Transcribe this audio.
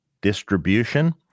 distribution